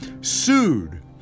sued